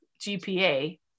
GPA